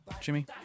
Jimmy